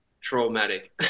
traumatic